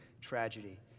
tragedy